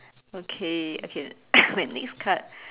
okay okay my next card